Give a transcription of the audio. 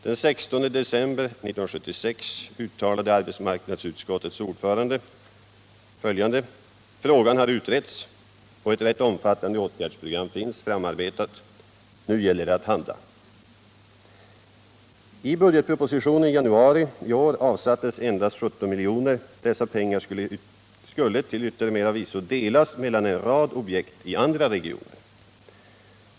Den 16 december 1976 uttalade arbetsmarknadsutskottets ordförande: ”Frågan har utretts och ett rätt omfattande åtgärdsprogram finns framarbetat. Nu gäller det att handla.” I budgetpropositionen i januari i år avsattes endast 17 milj.kr. Dessa pengar skulle till yttermera visso delas mellan en rad objekt i flera regioner.